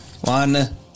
One